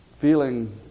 feeling